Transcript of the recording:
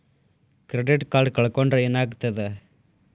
Credit card ಕಳ್ಕೊಂಡ್ರ್ ಏನಾಗ್ತದ?